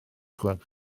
gwelwch